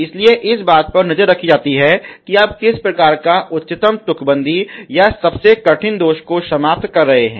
इसलिए इस बात पर नज़र रखी जाती है कि आप किस प्रकार उच्चतम तुकबंदी या सबसे कठिन दोष को को समाप्त कर रहे हैं